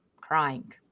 crying